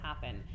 happen